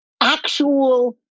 actual